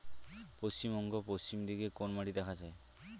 পশ্চিমবঙ্গ পশ্চিম দিকে কোন মাটি দেখা যায়?